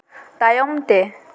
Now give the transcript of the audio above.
ᱛᱟᱭᱚᱢ ᱛᱮ